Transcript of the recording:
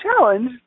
challenge